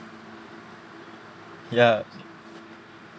ya